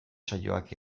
saioak